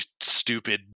stupid